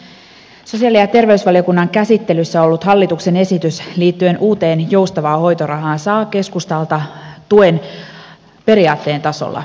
sosiaali ja terveysvaliokunnan käsittelyssä ollut hallituksen esitys liittyen uuteen joustavaan hoitorahaan saa keskustalta tuen periaatteen tasolla